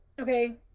okay